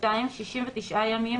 (2)69 ימים,